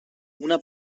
una